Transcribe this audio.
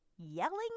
yelling